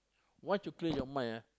once you clear your mind ah